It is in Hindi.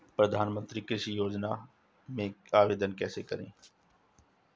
प्रधानमंत्री कृषि सिंचाई योजना में आवेदन कैसे करें?